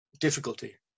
difficulty